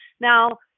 Now